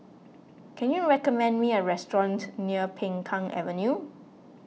can you recommend me a restaurant near Peng Kang Avenue